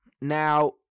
Now